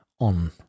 on